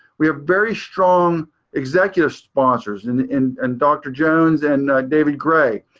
we have very strong executive sponsors in in and dr. jones and david gray.